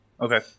Okay